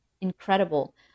incredible